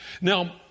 now